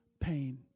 pain